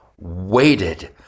waited